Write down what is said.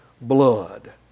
blood